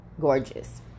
gorgeous